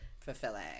fulfilling